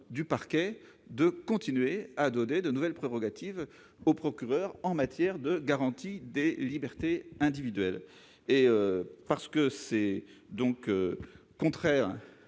du parquet, de continuer à donner de nouvelles prérogatives au procureur en matière de garantie des libertés individuelles. Ne pouvant souscrire